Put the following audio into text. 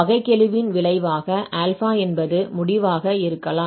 வகைக்கெழுவின் விளைவாக α என்பது முடிவாக இருக்கலாம்